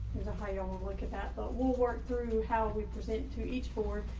ohio um and look at that, but we'll work through how we present to each four.